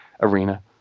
arena